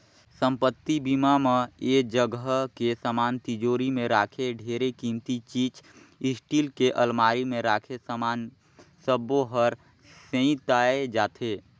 संपत्ति बीमा म ऐ जगह के समान तिजोरी मे राखे ढेरे किमती चीच स्टील के अलमारी मे राखे समान सबो हर सेंइताए जाथे